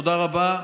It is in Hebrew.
תודה רבה.